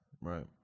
right